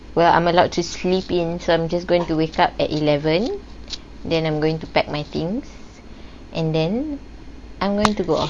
well I'm allowed to sleep in term just going to wake up at eleven then I'm going to pack my things and then I'm going to go out